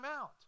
out